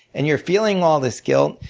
and you're feeling all this guilt.